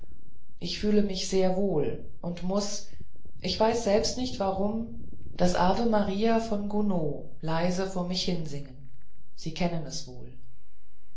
ich fühle mich sehr wohl und muß ich weiß selbst nicht warum das ave maria von gounod leise vor mich hinsingen sie kennen es wohl